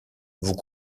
vous